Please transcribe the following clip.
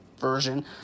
version